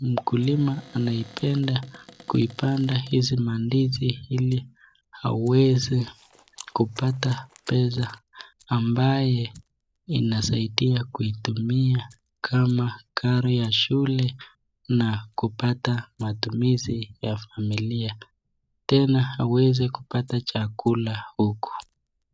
Mkulima anaipenda kuipanda hizi maandizi ili aweze kupata pesa ambaye inasaidia kuitumia kama karo ya shule na kupata matumizi ya familia. Tena aweze kupata chakula huku.